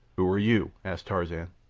who are you? asked tarzan.